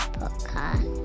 podcast